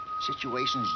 Situations